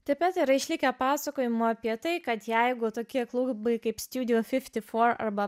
taip pat yra išlikę pasakojimų apie tai kad jeigu tokie klubai kaip